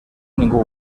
ningú